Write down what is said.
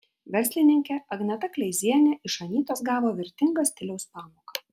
verslininkė agneta kleizienė iš anytos gavo vertingą stiliaus pamoką